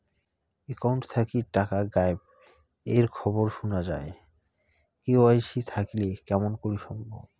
Account থাকি টাকা গায়েব এর খবর সুনা যায় কে.ওয়াই.সি থাকিতে কেমন করি সম্ভব?